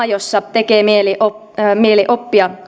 jossa tekee mieli oppia